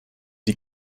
die